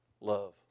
Love